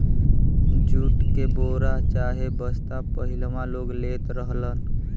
jute के बोरा चाहे बस्ता पहिलवां लोग लेत रहलन